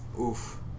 Oof